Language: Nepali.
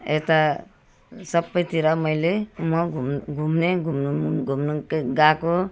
यता सबैतिर मैले म घुम् घुम्ने घुम्नु घुम्नु गएको